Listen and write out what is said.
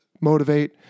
motivate